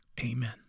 amen